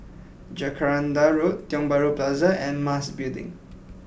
Jacaranda Road Tiong Bahru Plaza and Mas Building